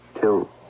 Till